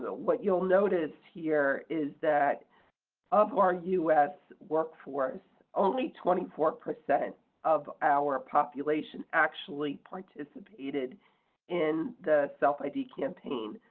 ah what you'll notice here is that of our u s. workforce, only twenty four percent of our population actually participated in the self id campaign.